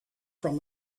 from